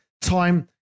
time